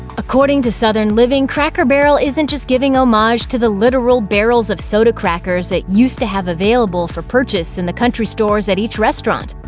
according to southern living, cracker barrel isn't just giving homage to the literal barrels of soda crackers it used to have available for purchase in the country stores at each restaurant.